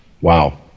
Wow